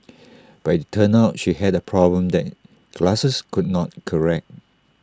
but IT turned out she had A problem that glasses could not correct